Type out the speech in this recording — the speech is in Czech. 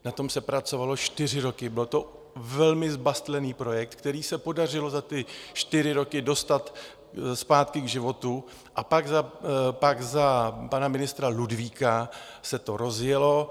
Na tom se pracovalo čtyři roky, byl to velmi zbastlený projekt, který se podařilo za ty čtyři roky dostat zpátky k životu, a pak za pana ministra Ludvíka se to rozjelo.